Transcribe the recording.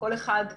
כל אחד,